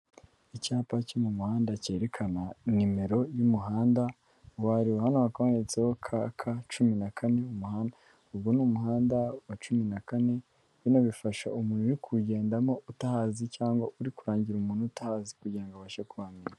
Icyapa cyo mu muhanda cyerekana nimero y'umuhanda uwo ariwo, hano hakaba handitseho kaka cumi na kane umuhanda. Ubwo ni umuhanda wa cumi na kane, bino bifasha umuntu uri kuwugendamo utahazi. Cyangwa uri kurangira umuntu utahazi kugirango abashe kuhamenya.